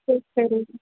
சரி சரி